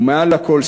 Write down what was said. ומעל לכול,